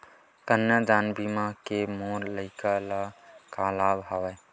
कन्यादान बीमा ले मोर लइका ल का लाभ हवय?